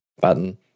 button